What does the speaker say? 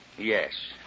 Yes